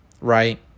right